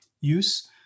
use